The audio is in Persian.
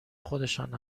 خودشان